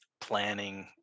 planning